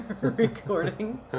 recording